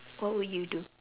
what would you do